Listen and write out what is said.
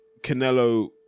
Canelo